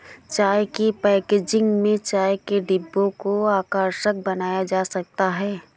चाय की पैकेजिंग में चाय के डिब्बों को आकर्षक बनाया जाता है